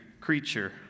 creature